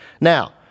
Now